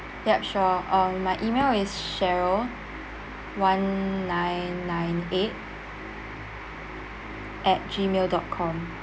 yup sure uh my email is cheryl one nine nine eight at gmail dot com